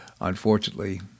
unfortunately